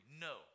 No